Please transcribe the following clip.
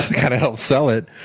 kind of help sell it.